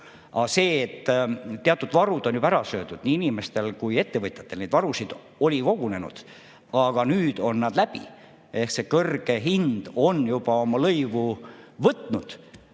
Aga teatud varud on juba ära söödud nii inimestel kui ka ettevõtjatel – neid varusid oli kogunenud, aga nüüd on nad läbi. Ehk see kõrge hind on juba oma lõivu võtnud.